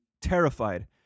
terrified